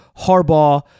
Harbaugh